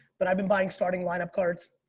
but i've been buying starting lineup cards.